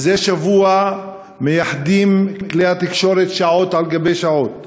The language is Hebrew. מזה שבוע מייחדים כלי התקשורת שעות על גבי שעות